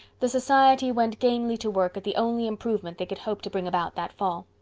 the society went gamely to work at the only improvement they could hope to bring about that fall.